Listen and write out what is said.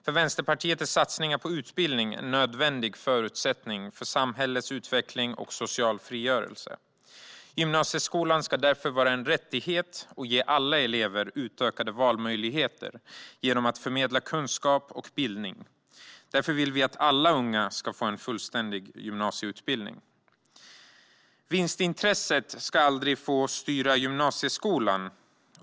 För Vänsterpartiet är satsningar på utbildning en nödvändig förutsättning för samhällets utveckling och social frigörelse. Gymnasieskolan ska därför vara en rättighet och ge alla elever utökade valmöjligheter genom att förmedla kunskap och bildning. Därför vill vi att alla unga ska få en fullständig gymnasieutbildning. Vinstintresset ska aldrig få styra gymnasieskolan.